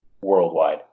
worldwide